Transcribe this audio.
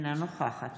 אינה נוכחת